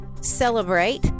celebrate